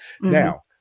Now